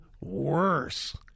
worse